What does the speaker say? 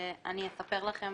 אני אספר לכם